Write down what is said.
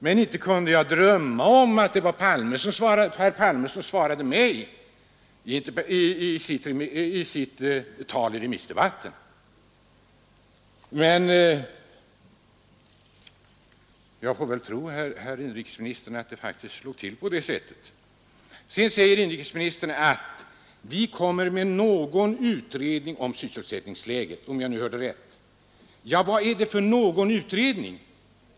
Jag kunde emellertid inte drömma om att det var herr Palme som i sitt tal i remissdebatten svarade på min interpellation. Men jag får väl tro herr inrikesministern när han säger att det faktiskt låg till på det sättet. Sedan säger herr inrikesministern att ”vi kommer med någon utredning om sysselsättningsläget” — om jag nu hörde rätt. Vad är det för utredning?